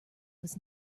was